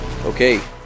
Okay